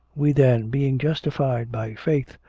we then, being justified by faith.